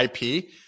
IP